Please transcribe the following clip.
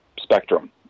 spectrum